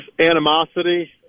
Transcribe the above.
Animosity